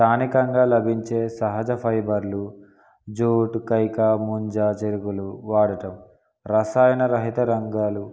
స్థానికంగా లభించే సహజ ఫైబర్లు జోటు కైక ముంజా చెరుగులు వాడటం రసాయన రహిత రంగాలు